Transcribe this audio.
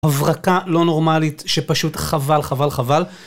הברקה לא נורמלית שפשוט חבל, חבל, חבל.